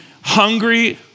Hungry